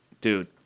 Dude